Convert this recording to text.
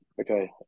Okay